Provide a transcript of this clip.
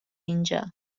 اینجا